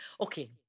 Okay